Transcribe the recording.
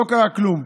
לא קרה כלום,